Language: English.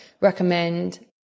recommend